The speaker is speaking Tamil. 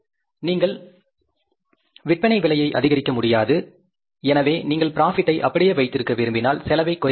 நீங்கள் விற்பனை விலையை அதிகரிக்க முடியாது எனவே உங்கள் ப்ராபிட்டை அப்படியே வைத்திருக்க விரும்பினால் செலவைக் குறைக்க வேண்டும்